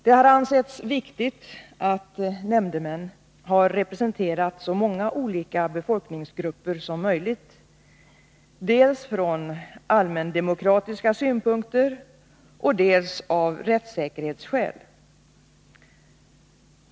Det har ansetts viktigt att nämndemännen har representerat så många olika befolkningsgrupper som möjligt, dels från allmändemokratiska synpunkter, dels av rättssäkerhetsskäl.